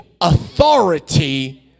authority